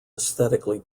aesthetically